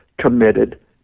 committed